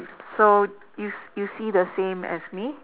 so you you see the same as me